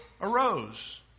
arose